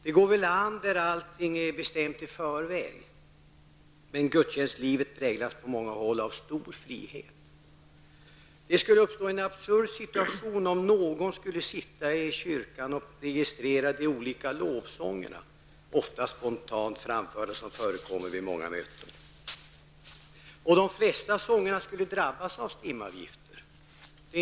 Det går väl an när allt är bestämt i förväg, men gudstjänstlivet präglas på många håll av stor frihet. Skulle någon sitta i kyrkan och registrera de olika lovsångerna, skulle det bli en absurd situation, lovsånger som vid många möten sjungs spontant. De flesta sångerna skulle drabbas av STIM-avgifter.